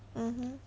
mmhmm